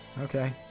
Okay